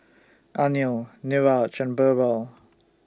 Anil Niraj and Birbal